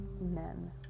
men